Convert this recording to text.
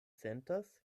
sentas